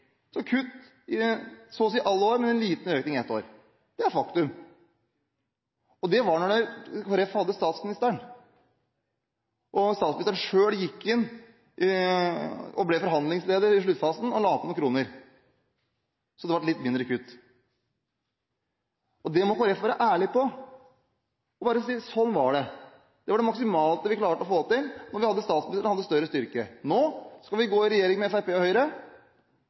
så å si alle år, men en liten økning ett år. Det er faktum. Det var da Kristelig Folkeparti hadde statsministeren. Statsministeren gikk selv inn og ble forhandlingsleder i sluttfasen og la til noen kroner så det ble litt mindre kutt. Det må Kristelig Folkeparti være ærlige på og bare si: Sånn var det, det var det maksimale vi klarte å få til da vi hadde statsministeren og større styrke. Nå skal de gå i regjering med Fremskrittspartiet og Høyre.